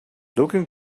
looking